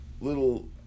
little